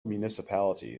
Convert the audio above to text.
municipality